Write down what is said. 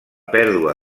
pèrdua